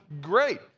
great